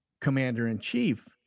commander-in-chief